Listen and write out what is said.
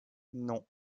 non